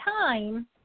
time